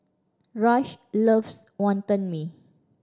Rush loves Wonton Mee